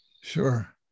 Sure